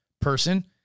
person